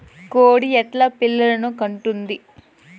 కోడి ఎట్లా పిల్లలు కంటుంది?